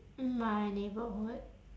in my neighbourhood